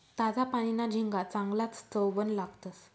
ताजा पानीना झिंगा चांगलाज चवबन लागतंस